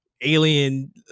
alien